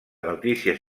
notícies